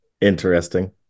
interesting